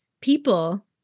people